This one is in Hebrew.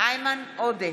איימן עודה,